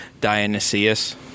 Dionysius